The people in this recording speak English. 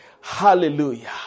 Hallelujah